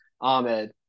Ahmed